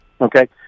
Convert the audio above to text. Okay